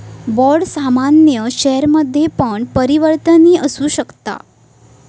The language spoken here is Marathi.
बाँड सामान्य शेयरमध्ये पण परिवर्तनीय असु शकता